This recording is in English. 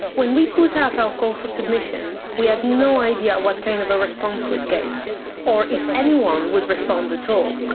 when we put out our call for submissions we had no idea what kind of a response we'd get or if anyone would respond at all.